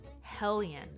Hellion